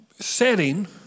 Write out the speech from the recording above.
setting